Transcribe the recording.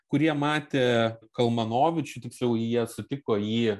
kurie matė kalmanovičių tiksliau jie sutiko jį